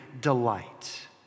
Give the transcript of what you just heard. delight